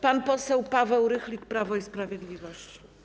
Pan poseł Paweł Rychlik, Prawo i Sprawiedliwość.